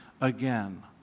again